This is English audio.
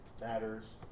matters